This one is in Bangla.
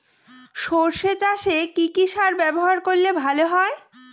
সর্ষে চাসে কি কি সার ব্যবহার করলে ভালো হয়?